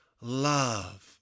love